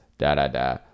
Da-da-da